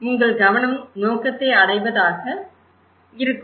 உங்கள் கவனம் நோக்கத்தை அடைவதாக இருக்கும்